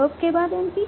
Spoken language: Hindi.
वर्ब के बाद NP